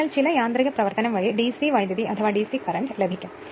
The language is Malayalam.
അതിനാൽ ചില യാന്ത്രികപ്രവർത്തനം വഴി ഡിസി കറന്റ് ലഭിക്കും